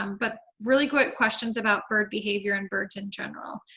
um but really good questions about bird behavior and birds in general.